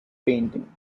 painting